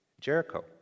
Jericho